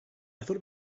thought